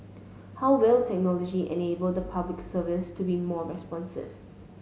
how will technology enable the Public Service to be more responsive